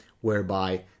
whereby